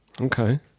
Okay